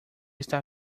estar